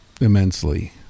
immensely